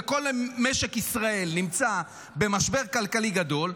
וכל משק ישראל נמצא במשבר כלכלי גדול,